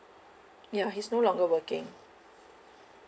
ya he's no longer working